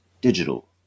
digital